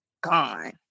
gone